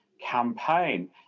campaign